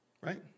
Right